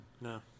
No